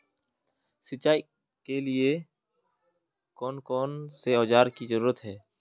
सिंचाई के लिए कौन कौन से औजार की जरूरत है?